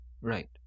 Right